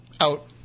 out